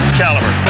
caliber